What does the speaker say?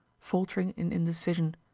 faltering in indecision.